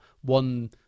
one